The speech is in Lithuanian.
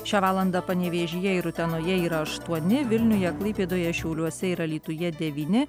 šią valandą panevėžyje ir utenoje yra aštuoni vilniuje klaipėdoje šiauliuose ir alytuje devyni